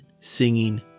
singing